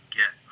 get